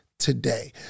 Today